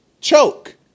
Choke